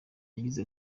yagize